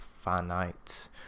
finite